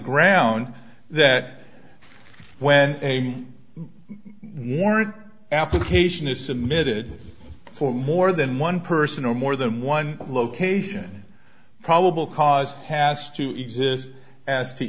ground that when a warrant application is submitted for more than one person or more than one location probable cause has to exist as to